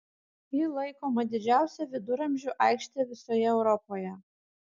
ji laikoma didžiausia viduramžių aikšte visoje europoje